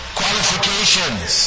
qualifications